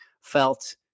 felt